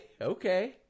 Okay